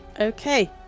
Okay